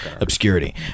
obscurity